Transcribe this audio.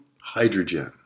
Hydrogen